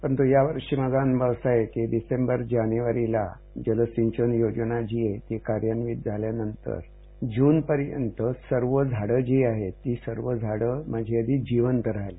परंतु या वर्षी माझा अनुभव असा आहे की डिसेंबर जानेवारीला जलसिंचन योजना जी आहे ती कार्यान्वित झाल्यानंतर जून पर्यंत सर्व झाडं जी आहेत ती सर्व झाडं जिवंत राहिली